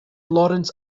lawrence